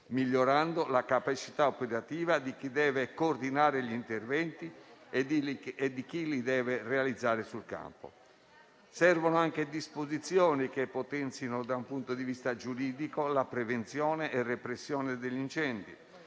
migliorando la capacità operativa di chi deve coordinare gli interventi e di chi li deve realizzare sul campo. Servono anche disposizioni che potenzino, da un punto di vista giuridico, la prevenzione e la repressione degli incendi,